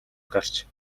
гарч